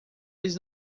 eles